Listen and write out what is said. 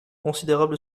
considérable